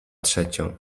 trzecią